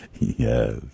Yes